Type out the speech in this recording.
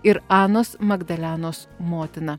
ir anos magdalenos motina